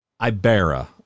Ibera